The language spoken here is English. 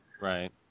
right